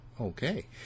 Okay